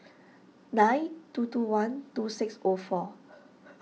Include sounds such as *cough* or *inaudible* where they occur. nine two two one two six O four *noise*